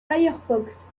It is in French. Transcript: firefox